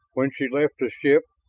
when she left the ship,